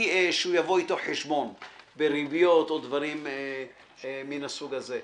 שהוא יבוא אתו חשבון בריביות או דברים מהסוג הזה.